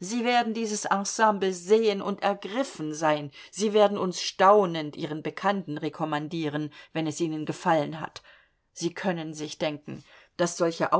sie werden dieses ensemble sehen und ergriffen sein sie werden uns staunend ihren bekannten rekommandieren wenn es ihnen gefallen hat sie können sich denken daß solche